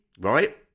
right